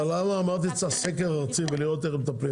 למה אמרתי שצריך סקר ארצי ולראות איך מטפלים בזה?